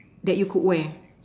that you could wear